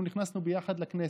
אנחנו נכנסנו ביחד לכנסת,